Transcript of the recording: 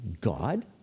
God